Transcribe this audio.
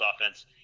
offense